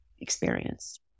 experience